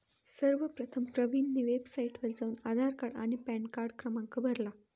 सर्वप्रथम प्रवीणने वेबसाइटवर जाऊन आधार कार्ड आणि पॅनकार्ड क्रमांक भरला